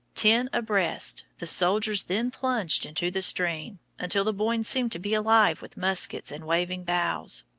ten abreast, the soldiers then plunged into the stream, until the boyne seemed to be alive with muskets and waving boughs.